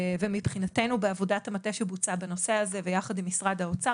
ומבחינתנו בעבודה המטה שבוצעה בנושא הזה ויחד עם משרד האוצר,